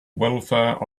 welfare